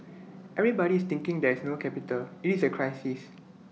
everybody is thinking there is no capital IT is A crisis